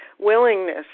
willingness